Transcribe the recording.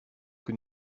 que